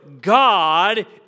God